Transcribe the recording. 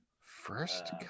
First